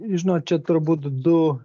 žinot čia turbūt du